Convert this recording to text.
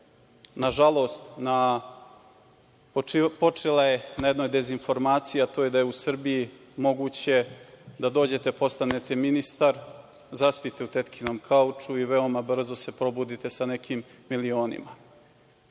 nažalost, počela je na jednoj dezinformaciji, a to je da je u Srbiji moguće da dođete, postanete ministar, zaspite u tetkinom kauču i veoma brzo se probudite sa nekim milionima.